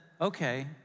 okay